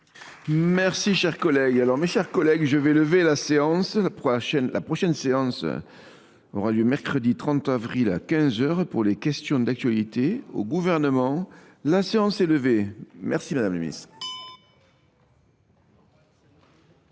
Merci cher collègue. Alors mes chers collègues, je vais lever la séance. La prochaine séance aura lieu mercredi 30 avril à 15h pour les questions d'actualité. Au gouvernement, la séance est levée. Merci Madame le Ministre.